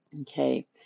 Okay